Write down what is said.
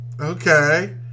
Okay